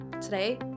Today